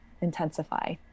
intensify